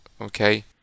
okay